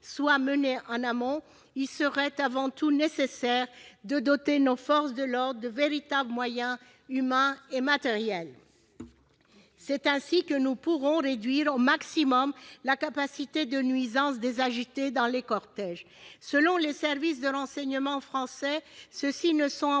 soit mené en amont, il serait avant tout nécessaire de doter nos forces de l'ordre de véritables moyens humains et matériels. C'est ainsi que nous pourrons réduire au maximum la capacité de nuisance des « agités » dans les cortèges, dont le nombre ne dépasserait pas 300 en